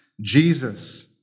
Jesus